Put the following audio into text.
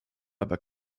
aber